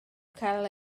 cael